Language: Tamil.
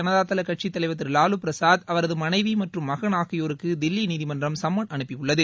ஜனதாதள் கட்சித்தலைவர் திரு வாலு பிரசாத் அவரது மனைவி மற்றும் மகன் ஆகியோருக்கு தில்லி நீதிமன்றம் சம்மன் அனுப்பியுள்ளது